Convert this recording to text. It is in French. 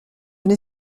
n’ai